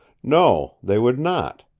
no, they would not.